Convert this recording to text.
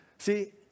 See